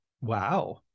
Wow